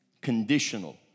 conditional